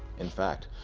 in fact,